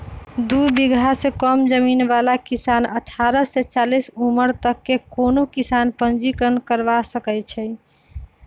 दू बिगहा से कम जमीन बला किसान अठारह से चालीस उमर तक के कोनो किसान पंजीकरण करबा सकै छइ